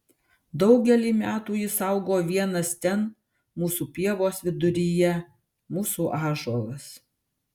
daugelį metų jis augo vienas ten mūsų pievos viduryje mūsų ąžuolas